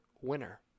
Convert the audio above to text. winner